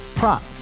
Prop